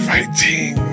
Fighting